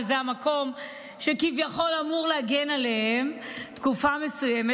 המקום שכביכול אמור להגן עליהן תקופה מסוימת,